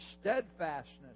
steadfastness